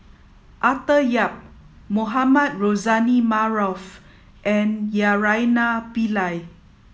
Arthur Yap Mohamed Rozani Maarof and Naraina Pillai